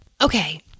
Okay